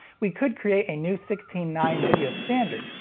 we could create a new sixteen nine video standard,